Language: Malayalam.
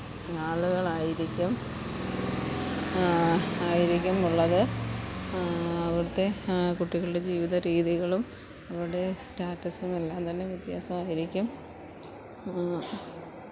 ആളുകളായിരിക്കും ആയിരിക്കും ഉള്ളത് അവിടുത്തെ കുട്ടികളുടെ ജീവിത രീതികളും അവരുടെ സ്റ്റാറ്റസും എല്ലാം തന്നെ വ്യത്യാസമായിരിക്കും